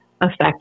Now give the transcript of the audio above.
affect